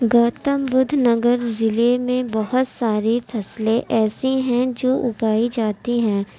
گوتم بدھ نگر ضلع میں بہت ساری فصلیں ایسی ہیں جو اگائی جاتی ہیں